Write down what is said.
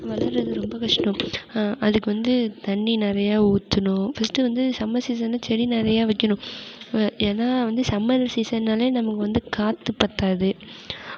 வளர்வது ரொம்ப கஷ்டம் அதுக்கு வந்து தண்ணி நிறைய ஊற்றணும் ஃபர்ஸ்ட் வந்து சம்மர் சீசனில் செடி நிறைய வைக்கணும் ஏன்னால் வந்து சம்மர் சீசன்னாலே நமக்கு வந்து காற்று பற்றாது